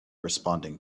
responding